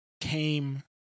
came